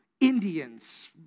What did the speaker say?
Indians